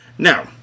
Now